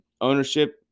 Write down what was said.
ownership